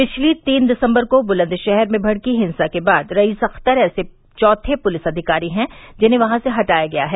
पिछली तीन दिसम्बर को बुलंदशहर में भड़की हिंसा के बाद रईस अख़तर ऐसे चौथे पुलिस अधिकारी है जिन्हें वहां से हटाया गया है